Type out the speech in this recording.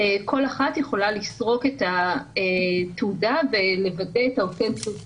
כל אחת יכולה לסרוק את תעודה ולוודא את האותנטיות שלה,